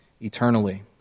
eternally